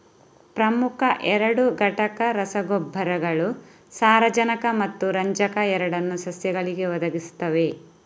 ಪ್ರಮುಖ ಎರಡು ಘಟಕ ರಸಗೊಬ್ಬರಗಳು ಸಾರಜನಕ ಮತ್ತು ರಂಜಕ ಎರಡನ್ನೂ ಸಸ್ಯಗಳಿಗೆ ಒದಗಿಸುತ್ತವೆ